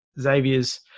Xavier's